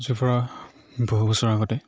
আজিৰ পৰা বহু বছৰ আগতে